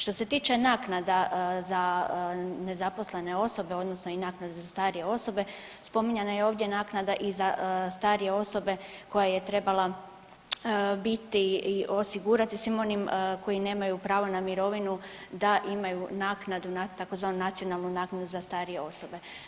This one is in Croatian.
Što se tiče naknada za nezaposlene osobe odnosno i naknada za starije osobe, spominjana je ovdje naknada i za starije osobe koje je trebala biti i osigurati svim onim koji nemaju pravo na mirovinu da imaju naknadu tzv. nacionalnu naknadu za starije osobe.